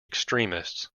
extremists